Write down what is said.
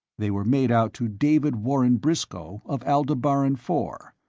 they were made out to david warren briscoe, of aldebaran four.